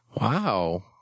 Wow